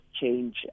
change